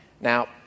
Now